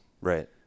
Right